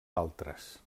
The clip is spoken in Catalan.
altres